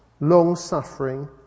long-suffering